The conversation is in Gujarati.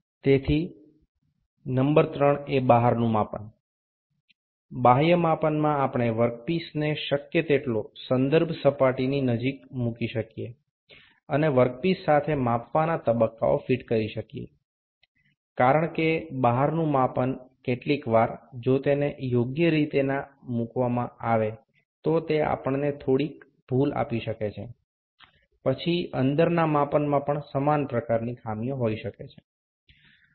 તેથી નંબર 3 એ બહારનું માપન છે બાહ્ય માપનમાં આપણે વર્કપીસને શક્ય તેટલો સંદર્ભ સપાટીની નજીક મૂકી શકીએ અને વર્કપીસ સાથે માપવાના તબક્કાઓ ફીટ કરી શકીએ છીએ કારણ કે બહારનું માપન કેટલીક વાર જો તેને યોગ્ય રીતેના મૂકવામાં આવે તો તે આપણને થોડી ભૂલ આપી શકે છે પછી અંદરના માપનમાં પણ સમાન પ્રકારની ખામીઓ હોઈ શકે છે